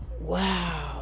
wow